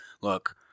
look